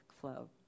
flow